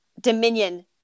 dominion